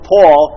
Paul